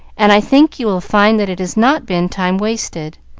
and i think you will find that it has not been time wasted,